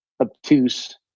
obtuse